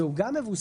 והוא גם מבוסס,